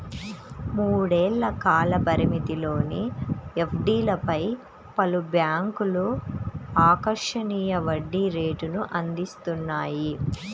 మూడేళ్ల కాల పరిమితిలోని ఎఫ్డీలపై పలు బ్యాంక్లు ఆకర్షణీయ వడ్డీ రేటును అందిస్తున్నాయి